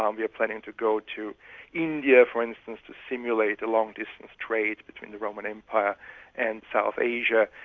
um we are planning to go to india for instance to simulate long-distance trade between the roman empire and south asia.